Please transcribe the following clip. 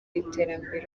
iterambere